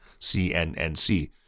CNNC